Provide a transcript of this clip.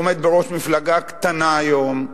הוא עומד בראש מפלגה קטנה היום,